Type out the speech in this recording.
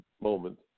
moment